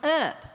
up